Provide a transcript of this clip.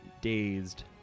Dazed